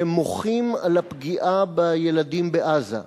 שמוחים על הפגיעה בילדים בעזה.